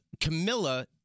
Camilla